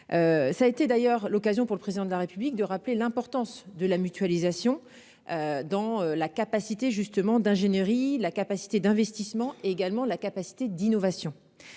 Ça a été d'ailleurs l'occasion pour le président de la République de rappeler l'importance de la mutualisation. Dans la capacité justement d'ingénierie la capacité d'investissement également la capacité d'innovation.